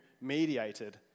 mediated